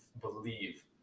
believe